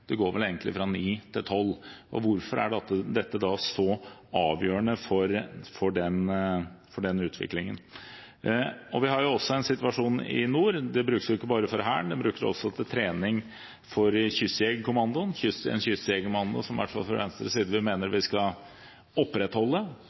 det går egentlig fra ni til tolv. Hvorfor er dette da så avgjørende for den utviklingen? Vi har også en situasjon i nord – den brukes ikke bare for Hæren, den brukes også til trening for Kystjegerkommandoen, en kystjegerkommando som i hvert fall vi fra Venstres side mener bør opprettholdes. Vi